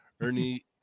ernie